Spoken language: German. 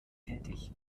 tätig